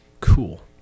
cool